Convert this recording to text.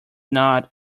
not